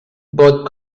vot